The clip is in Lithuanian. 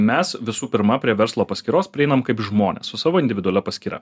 mes visų pirma prie verslo paskyros prieinam kaip žmones su savo individualia paskyra